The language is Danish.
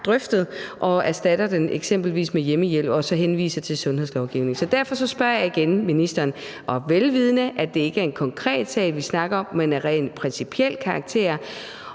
drøftet, og erstatter den med hjemmehjælp og så henviser til sundhedslovgivningen. Så derfor spørger jeg igen ministeren – vel vidende at det ikke er en konkret sag, vi snakker om, men at den er af rent principiel karakter